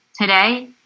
today